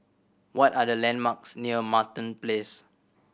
what are the landmarks near Martin Place